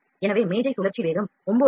எனவே மேஜை சுழற்சி வேகம் 9 ஆர்